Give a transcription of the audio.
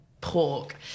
pork